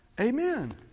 Amen